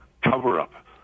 cover-up